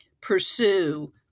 pursue